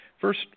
First